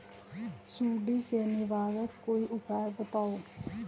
सुडी से निवारक कोई उपाय बताऊँ?